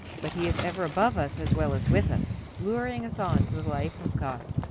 but he is ever above us as well as with us, luring us on to the life of god.